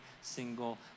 single